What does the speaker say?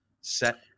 set